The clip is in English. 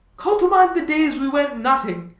call to mind the days we went nutting,